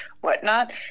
whatnot